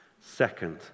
Second